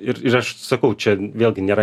ir ir aš sakau čia vėlgi nėra